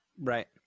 Right